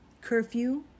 curfew